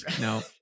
No